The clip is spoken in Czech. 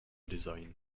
design